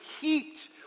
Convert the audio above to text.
heaped